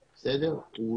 המבוגרת,